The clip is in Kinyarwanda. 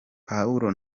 pawulo